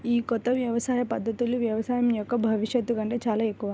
ఈ కొత్త వ్యవసాయ పద్ధతులు వ్యవసాయం యొక్క భవిష్యత్తు కంటే చాలా ఎక్కువ